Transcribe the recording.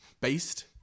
based